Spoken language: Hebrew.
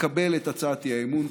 לקבל את הצעת האי-אמון.